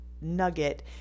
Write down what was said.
nugget